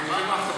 תודה רבה.